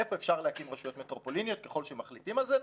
איפה אפשר להקים רשויות מטרופוליניות ככל שמחליטים על זה?